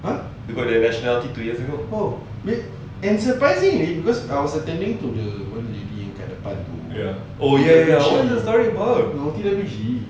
they got their nationality two years ago ya oh ya ya what's the story about